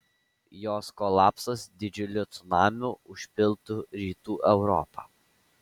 jos kolapsas didžiuliu cunamiu užpiltų rytų europą